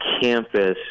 campus